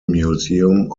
museum